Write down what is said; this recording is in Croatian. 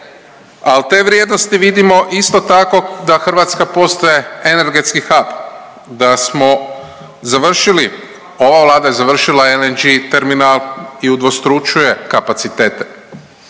Al te vrijednosti vidimo isto tako da Hrvatska postaje energetski hab, da smo završili, ova Vlada je završila LNG terminal i udvostručuje kapacitete,